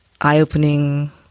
eye-opening